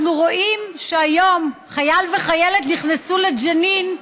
אנחנו רואים שהיום חייל וחיילת נכנסו לג'נין,